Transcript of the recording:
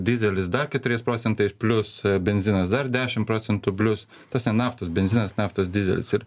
dyzelis dar keturiais procentais plius benzinas dar dešimt procentų plius tas ten naftos benzinas naftos didelis ir